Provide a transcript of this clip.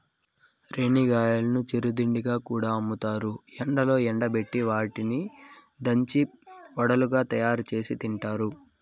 రేణిగాయాలను చిరు తిండిగా కూడా అమ్ముతారు, ఎండలో ఎండబెట్టి వాటిని దంచి వడలుగా తయారుచేసి తింటారు